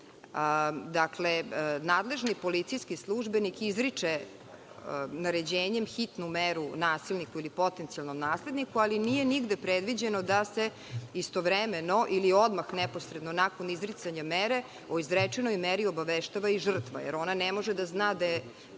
Dakle, nadležni policijski službenik izriče naređenjem hitnu meru nasilniku ili potencijalnom nasilniku, ali nije nigde predviđeno da se istovremeno ili odmah neposredno nakon izricanja mere o izrečenoj meri obaveštava i žrtva, jer ona ne može da zna da je